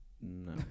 No